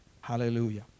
Hallelujah